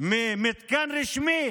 ממתקן רשמי